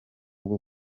bwo